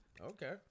Okay